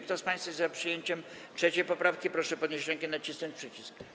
Kto z państwa jest za przyjęciem 3. poprawki, proszę podnieść rękę i nacisnąć przycisk.